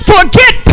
Forget